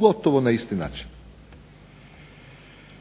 Gotovo na isti način.